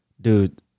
dude